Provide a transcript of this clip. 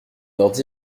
ordi